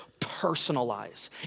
personalize